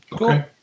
Okay